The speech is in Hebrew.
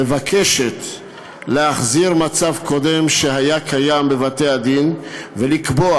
מבקשת להחזיר מצב קודם שהיה קיים בבתי-הדין ולקבוע